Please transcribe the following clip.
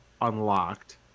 unlocked